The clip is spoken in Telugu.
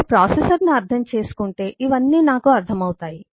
నేను ప్రాసెసర్ను అర్థం చేసుకుంటే ఇవన్నీ నాకు అర్థమవుతాయి